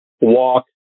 walk